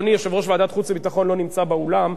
יושב-ראש ועדת חוץ וביטחון לא נמצא באולם,